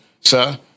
Sir